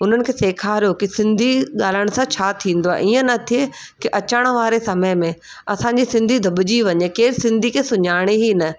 उन्हनि खे सेखारो की सिंधी ॻाल्हाइण सां छा थींदो आहे ईअं न थिए की अचण वारे समय में असांजी सिंधी दॿिजी वञे केरु सिंधी खे सुञाणे ई न